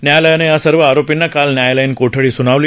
न्यायालयानं या सर्व आरोपींना काल न्यायालयीन कोठडी सुनावली